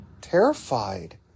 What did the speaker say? terrified